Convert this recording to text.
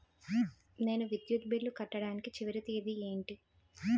నేను విద్యుత్ బిల్లు కట్టడానికి చివరి తేదీ ఏంటి?